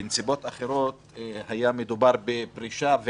בנסיבות אחרות היה מדובר בפרישה,